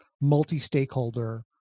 multi-stakeholder